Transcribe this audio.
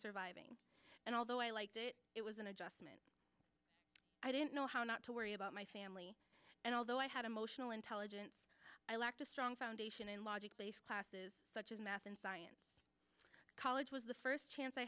surviving and although i liked it it was an adjustment i didn't know how not to worry about my family and although i had emotional intelligence i lacked a strong foundation in logic based classes such as math and science college was the first chance i